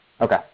Okay